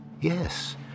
Yes